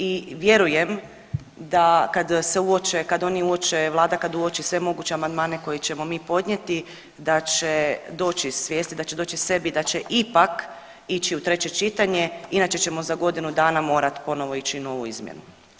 I vjerujem da kad se uoče, Vlada kad uoči sve moguće amandmane koje ćemo mi podnijeti, da će doći svijesti, da će doći k sebi, da će ipak ići u treće čitanje inače ćemo za godinu dana morati ponovno ići u novu izmjenu.